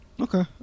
Okay